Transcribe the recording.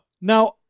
Now